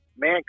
man